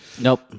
Nope